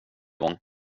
igång